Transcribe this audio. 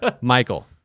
Michael